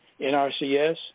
NRCS